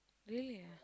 really ah